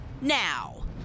now